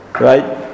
right